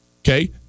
Okay